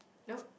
nope